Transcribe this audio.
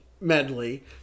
Medley